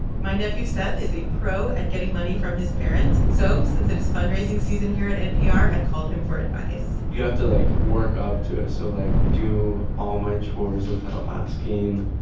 my nephew seth is a pro at getting money from his parents. so since it is fundraising season here at npr, i called him for advice you have to, like, work up to it. so, like, do all my chores without asking.